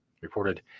reported